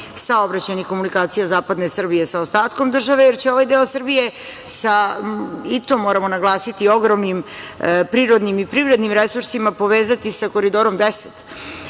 saobraćajnih komunikacija zapadne Srbije sa ostatkom države, jer će ovaj deo Srbije sa, i to moramo naglasiti, ogromnim prirodnim i privrednim resursima povezati sa Koridorom